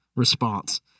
response